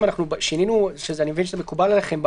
אנחנו שינינו, ואני מבין שזה מקובל עליכם.